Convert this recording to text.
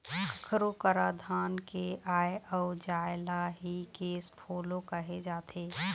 कखरो करा धन के आय अउ जाय ल ही केस फोलो कहे जाथे